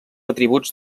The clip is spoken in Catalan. atributs